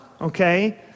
okay